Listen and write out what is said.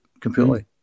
completely